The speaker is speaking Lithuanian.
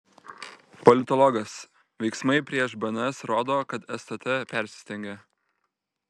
politologas veiksmai prieš bns rodo kad stt persistengė